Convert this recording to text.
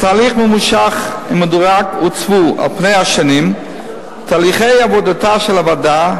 בתהליך ממושך ומדורג עוצבו על פני השנים תהליכי עבודתה של הוועדה,